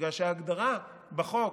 בגלל שההגדרה בחוק